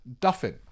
Duffin